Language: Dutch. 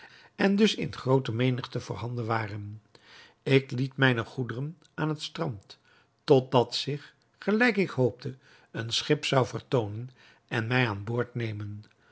en dus in groote menigte voorhanden waren ik liet mijne goederen aan het strand tot dat zich gelijk ik hoopte een schip zou vertoonen en mij aan boord nemen